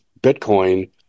Bitcoin